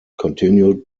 continued